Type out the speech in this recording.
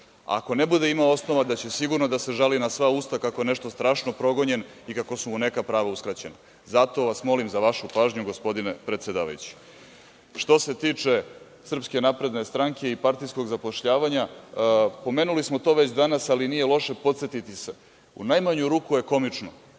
Ako ne bude imao osnova, sigurno će da se žali na sva usta kako je nešto strašno progonjen i kako su mu neka prava uskraćena. Zato vas molim za vašu pažnju, gospodine predsedavajući. Što se tiče SNS i partijskog zapošljavanja, pomenuli smo to već danas, ali nije loše podsetiti se. U najmanju ruku je komično